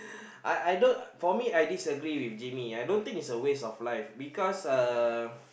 I I don't for me I disagree with Jimmy I don't think it's a waste of life because uh